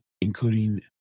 including